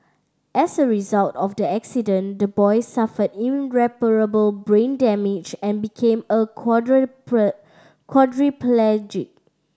as a result of the accident the boy suffered irreparable brain damage and became a quadriplegic